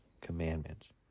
commandments